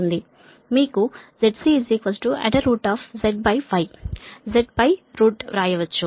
మీకు ZC ZY Z పై root వ్రాయవచ్చు